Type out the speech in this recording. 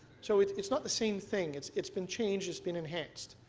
so it's it's not the same thing. it's it's been changed, it's been enhanced.